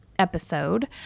episode